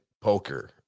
poker